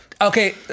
Okay